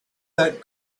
that